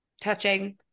touching